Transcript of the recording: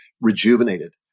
rejuvenated